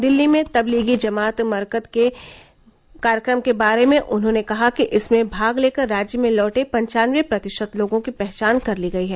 दिल्ली में तबलीगी जमात मरकज के कार्यक्रम के बारे में उन्होंने कहा कि इसमें भाग लेकर राज्य में लौटे पन्चानबे प्रतिशत लोगों की पहचान कर ली गई है